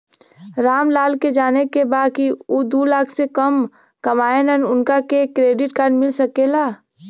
राम लाल के जाने के बा की ऊ दूलाख से कम कमायेन उनका के क्रेडिट कार्ड मिल सके ला?